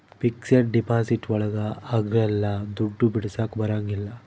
fixed deposit ಒಳಗ ಅಗ್ಲಲ್ಲ ದುಡ್ಡು ಬಿಡಿಸಕ ಬರಂಗಿಲ್ಲ